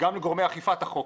וגם על גורמי אכיפת החוק,